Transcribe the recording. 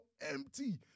empty